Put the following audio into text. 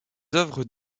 œuvres